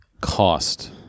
cost